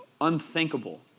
unthinkable